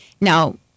Now